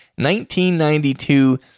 1992